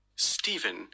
Stephen